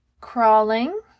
crawling